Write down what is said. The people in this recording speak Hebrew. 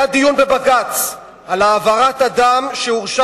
היה דיון בבג"ץ על העברת אדם שהורשע